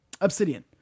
Obsidian